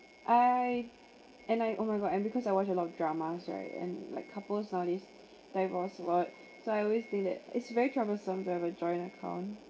I and I oh my god and because I watch a lot of dramas right and like couple nowadays divorce a lot so I always say that it's very troublesome to have a joint account